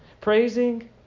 praising